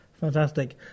fantastic